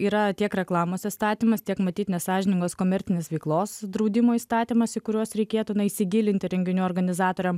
yra tiek reklamos įstatymas tiek matyt nesąžiningos komercinės veiklos draudimo įstatymas į kuriuos reikėtų na įsigilinti renginių organizatoriam